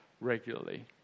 regularly